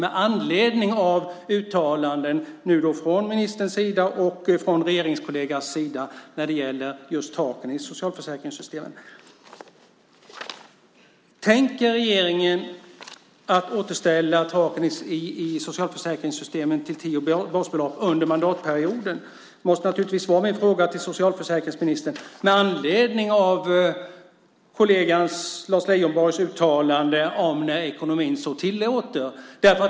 Med anledning av uttalanden från ministerns sida och från regeringskollegans sida när det gäller taken i socialförsäkringssystemen: Tänker regeringen återställa taken i socialförsäkringssystemen till tio basbelopp under mandatperioden? Det måste naturligtvis vara min fråga till socialförsäkringsministern med anledning av kollegan Lars Leijonborgs uttalande om när ekonomin så tillåter.